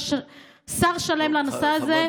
יש שר שלם לנושא הזה,